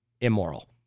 immoral